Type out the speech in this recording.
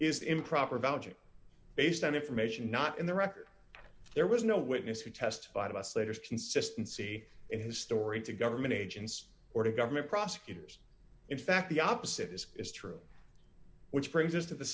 is improper belge based on information not in the record there was no witness who testified about slater's consistency in his story to government agents or to government prosecutors in fact the opposite is true which brings us to the